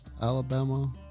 Alabama